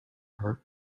heart